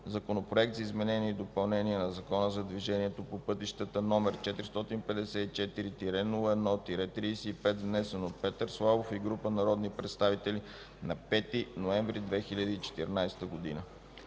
Законопроект за изменение и допълнение на Закона за движението по пътищата, № 454-01-35, внесен от Петър Славов и група народни представители на 5 ноември 2014 г.”